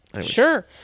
Sure